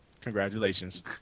Congratulations